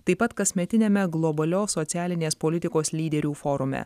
taip pat kasmetiniame globalios socialinės politikos lyderių forume